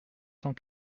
cent